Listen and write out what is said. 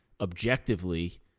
objectively